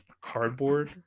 cardboard